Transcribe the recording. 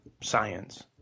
science